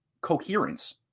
coherence